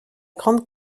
grande